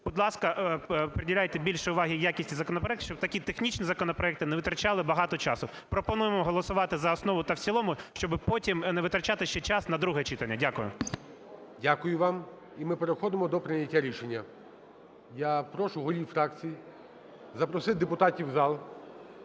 Будь ласка, приділяйте більше уваги якості законопроекту, щоб такі технічні законопроекти не витрачали багато часу. Пропонуємо голосувати за основу та в цілому, щоб потім не витрачати ще час на друге читання. Дякую. ГОЛОВУЮЧИЙ. Дякую вам. І ми переходимо до прийняття рішення. Я прошу голів фракцій запросити депутатів в зал.